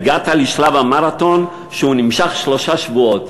הגעת לשלב המרתון שהוא נמשך שלושה שבועות.